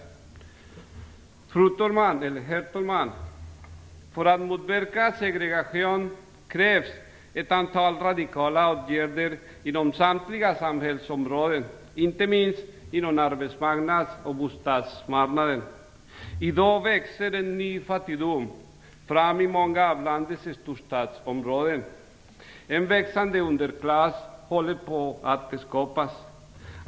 Herr talman! För att motverka segregation krävs det ett antal radikala åtgärder inom samtliga samhällsområden, inte minst på arbetsmarknaden och bostadsmarknaden. I dag växer en ny fattigdom fram i många av landets storstadsområden, och en växande underklass håller på att skapas.